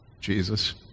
Jesus